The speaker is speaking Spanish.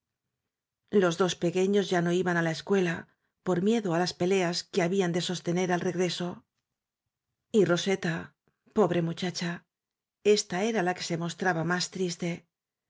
los dos pequeños ya no iban á la escuela por miedo á las peleas que habían de sostener al regreso y roseta pobre muchacha esta era la que se mostraba más triste